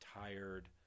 tired